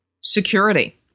Security